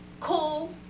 cool